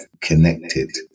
connected